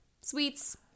sweets